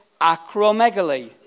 acromegaly